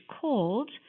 called